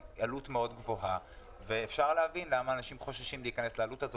היא בעלות מאוד גבוהה ואפשר להבין למה אנשים חוששים להיכנס לעלות הזאת,